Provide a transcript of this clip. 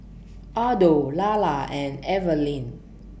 Othel Lara and Evalyn